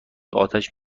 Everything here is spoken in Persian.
اتش